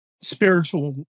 spiritual